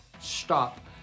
stop